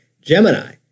Gemini